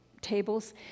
tables